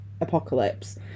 apocalypse